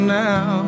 now